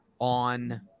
on